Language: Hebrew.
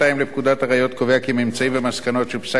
הממצאים והמסקנות של פסק-דין חלוט במשפט פלילי,